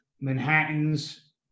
Manhattans